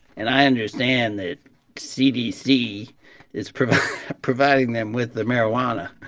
and i understand that cdc is providing providing them with the marijuana.